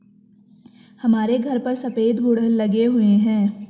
हमारे घर पर सफेद गुड़हल लगे हुए हैं